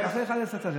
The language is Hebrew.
אחרי 23:00 צריך.